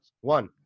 One